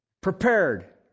Prepared